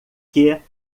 que